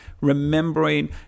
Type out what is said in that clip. remembering